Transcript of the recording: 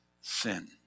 sin